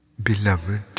Beloved